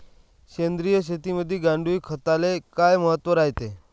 सेंद्रिय शेतीमंदी गांडूळखताले काय महत्त्व रायते?